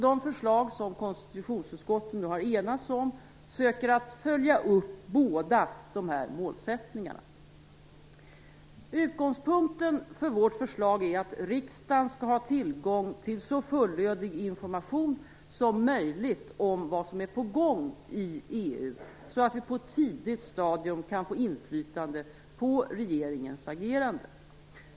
De förslag som konstitutionsutskottet nu har enats om syftar till att följa upp båda dessa målsättningar. Utgångspunkten för vårt förslag är att riksdagen skall ha tillgång till så fullödig information som möjligt om vad som är på gång i EU, så att vi på ett tidigt stadium kan få inflytande på regeringens agerande.